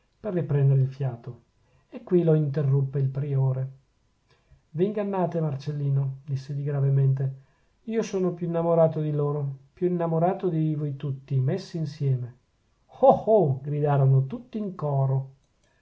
per riprendere il fiato e qui lo interruppe il priore v'ingannate marcellino diss'egli gravemente io sono più innamorato di loro più innamorato di voi tutti messi insieme oh oh gridarono tutti in coro